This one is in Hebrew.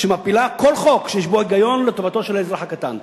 שמפילה כל חוק שיש בו היגיון והוא לטובתו של האזרח הקטן.